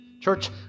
Church